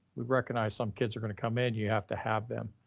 we've recognized some kids are gonna come in, you have to have them,